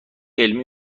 علمی